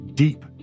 Deep